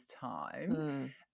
time